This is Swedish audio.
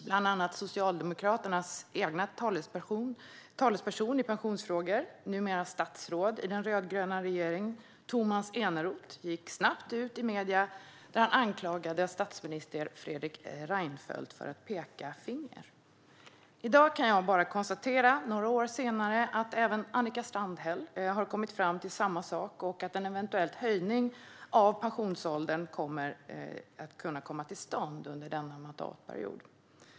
Bland andra Socialdemokraternas talesperson i pensionsfrågor Tomas Eneroth, numera statsråd i den rödgröna regeringen, gick snabbt ut i medierna och anklagade statsminister Fredrik Reinfeldt för att peka finger. I dag, några år senare, kan jag bara konstatera att Annika Strandhäll har kommit fram till samma sak och att en eventuell höjning av pensionsåldern kommer att kunna komma till stånd under denna mandatperiod.